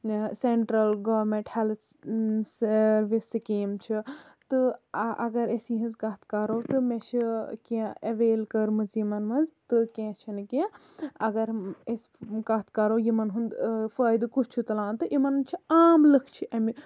central government health یہِ scheme چھِ تہٕ اَگر أسۍ یِہنز کَتھ کَرو تہٕ مےٚ چھِ کیٚنہہ ایویل کٔرمٕژ یِمن منٛز تہٕ کیٚنہہ چھِنہٕ کیٚنہہ اَگر أسۍ کَتھ کرو یِمن ہُند فٲیدٕ کُس چھُ تُلان تہٕ یِمن چھُ عام لُکھ چھ اَمہِ